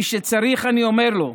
מי שצריך, אני אומר לו: